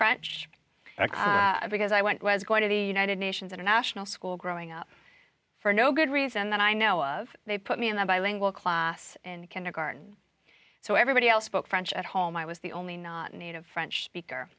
french because i went was going to the united nations international school growing up for no good reason that i know of they put me in a bilingual class in kindergarten so everybody else spoke french at home i was the only non native french speaker